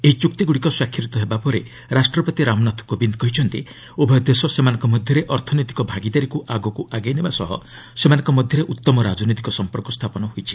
ଏହି ଚୁକ୍ତିଗୁଡ଼ିକ ସ୍ୱାକ୍ଷରିତ ହେବା ପରେ ରାଷ୍ଟ୍ରପତି ରାମନାଥ କୋବିନ୍ଦ୍ କହିଛନ୍ତି ଉଭୟ ଦେଶ ସେମାନଙ୍କ ମଧ୍ୟରେ ଅର୍ଥନୈତିକ ଭାଗିଦାରୀକୁ ଆଗକୁ ଆଗେଇ ନେବା ସହ ସେମାନଙ୍କ ମଧ୍ୟରେ ଉତ୍ତମ ରାଜନୈତିକ ସମ୍ପର୍କ ସ୍ଥାପନ ହୋଇଛି